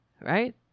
right